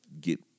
get